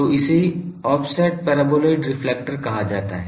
तो इसे offset paraboloid reflector कहा जाता है